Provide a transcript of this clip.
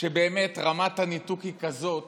שבאמת רמת הניתוק היא כזאת